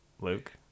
luke